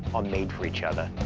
are made for each other.